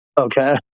Okay